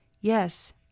Yes